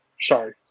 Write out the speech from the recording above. Sorry